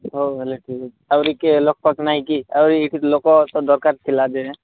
ହଉ ହେଲା ଠିକଅଛି ଆଉରି କିଏ ଲୋକପାକ୍ ନାଇକି ଆଉ ଏଇଠି ଲୋକ ତ ଦରକାର ଥିଲା ଯେ